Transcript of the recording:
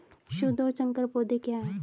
शुद्ध और संकर पौधे क्या हैं?